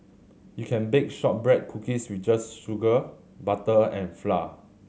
you can bake shortbread cookies with just sugar butter and flour